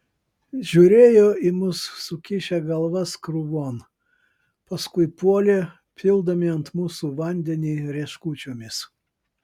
žiūrėjo į mus sukišę galvas krūvon paskui puolė pildami ant mūsų vandenį rieškučiomis